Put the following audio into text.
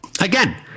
again